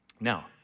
Now